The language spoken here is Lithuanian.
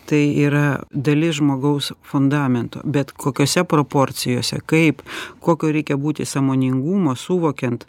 tai yra dalis žmogaus fundamento bet kokiose proporcijose kaip kokio reikia būti sąmoningumo suvokiant